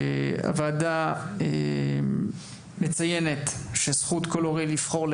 הוועדה מציינת שזכות כל הורה לבחור עבור